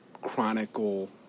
chronicle